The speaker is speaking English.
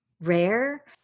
rare